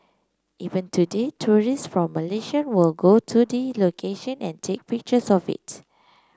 even today tourist from Malaysia will go to the location and take pictures of it